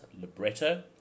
libretto